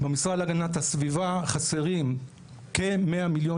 במשרד להגנת הסביבה חסרים כ-100 מיליון